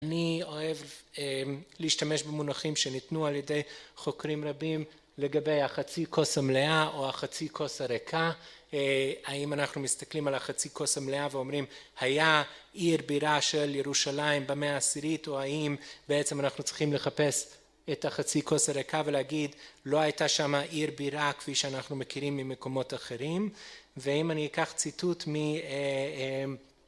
אני אוהב להשתמש במונחים שניתנו על ידי חוקרים רבים לגבי החצי כוס המלאה או החצי כוס הריקה, האם אנחנו מסתכלים על החצי כוס המלאה ואומרים היה עיר בירה של ירושלים במאה העשירית או האם בעצם אנחנו צריכים לחפש את החצי כוס הריקה ולהגיד לא הייתה שם עיר בירה כפי שאנחנו מכירים ממקומות אחרים ואם אני אקח ציטוט מ...